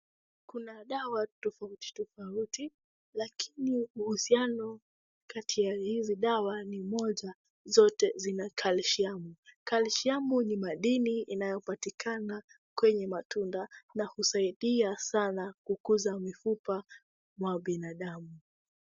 Kuna dawa tofauti tofauti lakini uhusiano kati ya hizi dawa ni moja, zote zina kalshiamu. Kalshiamu ni madini inayopatikana kwenye matunda na husaidia sana kukuza mifupa wa binadamu.